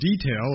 Detail